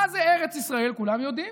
מה זה ארץ ישראל כולם יודעים,